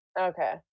Okay